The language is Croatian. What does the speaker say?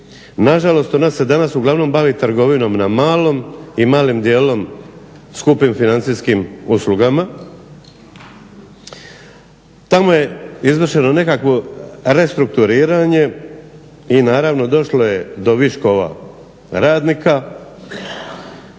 Na žalost ona se danas uglavnom bavi trgovinom na malo i malim dijelom skupim financijskim uslugama. Tamo je izvršeno nekakvo restrukturiranje i naravno došlo je do viškova radnika.